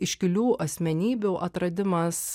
iškilių asmenybių atradimas